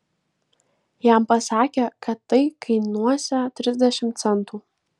jam pasakė kad tai kainuosią trisdešimt centų